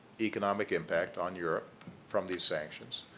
economic impact on europe from these sanctions,